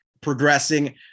progressing